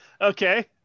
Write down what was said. Okay